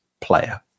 player